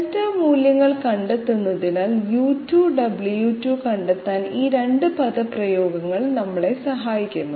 Δ മൂല്യങ്ങൾ കണ്ടെത്തുന്നതിനാൽ u2 w2 കണ്ടെത്താൻ ഈ 2 പദപ്രയോഗങ്ങൾ നമ്മളെ സഹായിക്കുന്നു